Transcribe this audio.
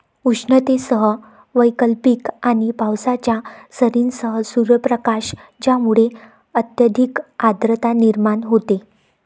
उष्णतेसह वैकल्पिक आणि पावसाच्या सरींसह सूर्यप्रकाश ज्यामुळे अत्यधिक आर्द्रता निर्माण होते